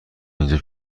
اینجا